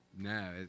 No